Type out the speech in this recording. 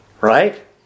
Right